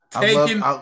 Taking